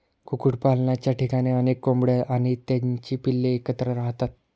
कुक्कुटपालनाच्या ठिकाणी अनेक कोंबड्या आणि त्यांची पिल्ले एकत्र राहतात